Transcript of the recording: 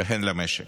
והן למשק.